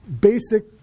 basic